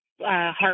Heart